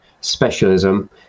specialism